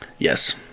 Yes